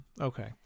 Okay